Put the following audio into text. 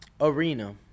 Arena